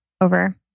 over